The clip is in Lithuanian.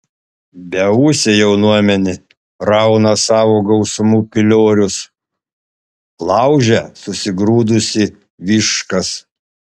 beūsė jaunuomenė rauna savo gausumu piliorius laužia susigrūdusi viškas